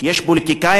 יש פוליטיקאים,